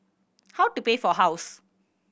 how to pay for house